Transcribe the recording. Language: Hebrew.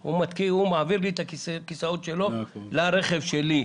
הוא מעביר לי את הכיסאות שלו לרכב שלי.